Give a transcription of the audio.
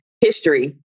history